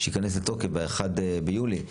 שייכנס לתוקף ב-1 ביולי,